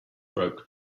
broke